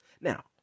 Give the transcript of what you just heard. now